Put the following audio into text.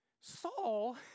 Saul